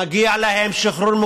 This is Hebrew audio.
מגיע לו שליש,